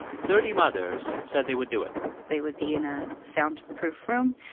thirty mothers said they would do it they would be in a soundproof room,